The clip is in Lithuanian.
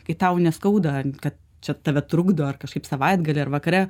kai tau neskauda kad čia tave trukdo ar kažkaip savaitgalį ar vakare